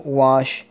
wash